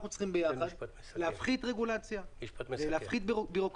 אנחנו צריכים יחד להפחית רגולציה ובירוקרטיה.